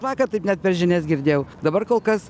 vakar taip net per žinias girdėjau dabar kol kas